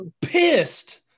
pissed